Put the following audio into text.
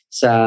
sa